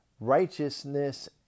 righteousness